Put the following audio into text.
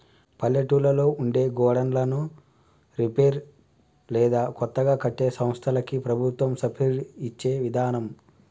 పల్లెటూళ్లలో ఉండే గోడన్లను రిపేర్ లేదా కొత్తగా కట్టే సంస్థలకి ప్రభుత్వం సబ్సిడి ఇచ్చే విదానం